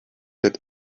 that